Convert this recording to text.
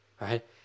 Right